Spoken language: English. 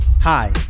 Hi